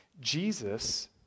Jesus